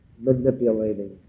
manipulating